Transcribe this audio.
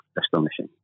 astonishing